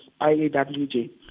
IAWJ